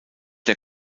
der